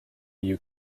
you